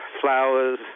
flowers